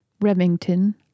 Remington